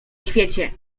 świecie